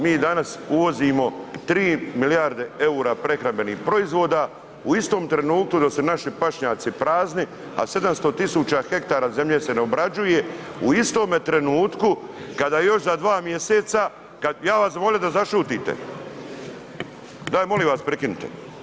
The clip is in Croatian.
Mi danas uvozimo tri milijarde eura prehrambenih proizvoda u istom trenutku dok su naši pašnjaci prazni a 700 tisuća hektara zemlje se ne obrađuje u istome trenutku kada još za 2 mjeseca kad, ja bih vas zamolio da zašutite, daj molim vas prekinite.